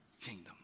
kingdom